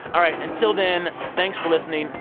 all right, until then, thanks for listening.